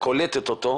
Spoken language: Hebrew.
קולטת אותו,